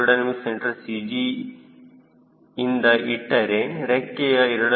c CG ಇಂದ ಇಟ್ಟರೆ ರೆಕ್ಕೆಯ a